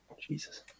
Jesus